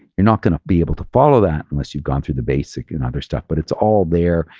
you're not going to be able to follow that unless you've gone through the basic and other stuff, but it's all there.